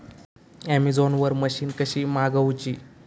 Amazon वरन machine कशी मागवची?